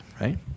right